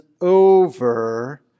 over